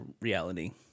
reality